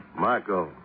Marco